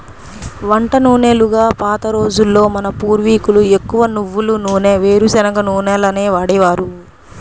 వంట నూనెలుగా పాత రోజుల్లో మన పూర్వీకులు ఎక్కువగా నువ్వుల నూనె, వేరుశనగ నూనెలనే వాడేవారు